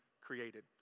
created